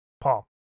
Paul